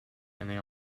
they